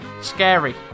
scary